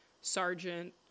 sergeant